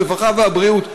הרווחה והבריאות,